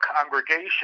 congregation